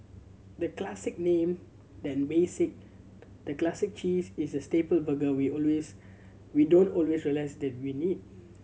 the classic name than basic the Classic Cheese is the staple burger we always we don't always realize that we need